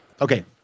Okay